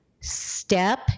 step